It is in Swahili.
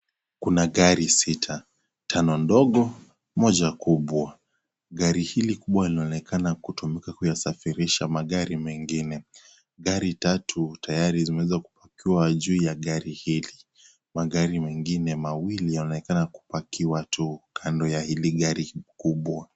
Kuna gari sita, tano ndogo moja kubwa. Gari hili kubwa linaonekana kutumika kuyasafirisha magari mengine. Gari tatu tayari zimeweza kupakiwa juu ya gari hili. Magari mengine mawili yanaonekana kupakiwa tu kando ya hili gari kubwa.